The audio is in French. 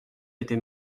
était